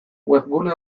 webgune